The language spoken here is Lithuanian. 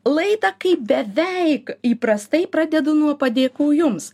laidą kaip beveik įprastai pradedu nuo padėkų jums